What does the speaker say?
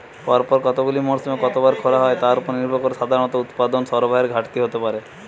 পরপর কতগুলি মরসুমে কতবার খরা হয় তার উপর নির্ভর করে সাধারণত উৎপাদন সরবরাহের ঘাটতি হতে পারে